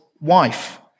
wife